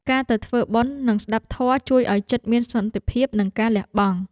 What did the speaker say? ការទៅធ្វើបុណ្យ និងស្តាប់ធម៌ ជួយឱ្យចិត្តមានសន្តិភាព និងការលះបង់។